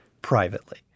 privately